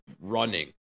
running